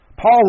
Paul